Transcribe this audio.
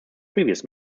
previous